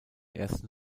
ersten